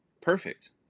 perfect